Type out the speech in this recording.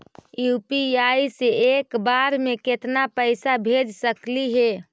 UPI से एक बार मे केतना पैसा भेज सकली हे?